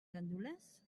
gandules